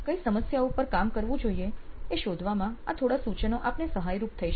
કઈ સમસ્યાઓ પાર કામ કરવું જોઈએ એ શોધવામાં આ થોડા સૂચનો આપને સહાયરૂપ થઇ શકે